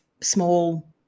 small